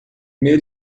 meu